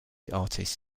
artist